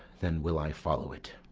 then will i follow it.